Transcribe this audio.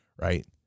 right